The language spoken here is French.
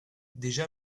déjà